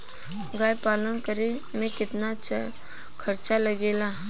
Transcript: गाय पालन करे में कितना खर्चा लगेला?